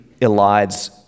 elides